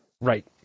Right